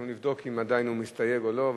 אוקיי, אנחנו נבדוק אם עדיין הוא מסתייג או לא.